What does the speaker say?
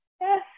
Yes